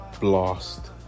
blast